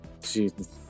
Jesus